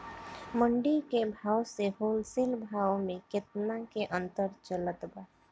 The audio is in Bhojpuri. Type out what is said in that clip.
मंडी के भाव से होलसेल भाव मे केतना के अंतर चलत बा?